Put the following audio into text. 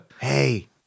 Hey